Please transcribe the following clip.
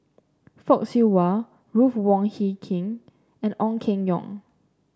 Fock Siew Wah Ruth Wong Hie King and Ong Keng Yong